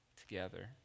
together